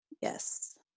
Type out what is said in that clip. yes